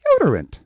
deodorant